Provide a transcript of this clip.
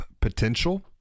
potential